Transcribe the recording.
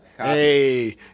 Hey